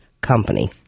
company